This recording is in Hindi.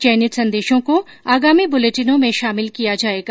चयनित संदेशों को आगामी बुलेटिनों में शामिल किया जाएगा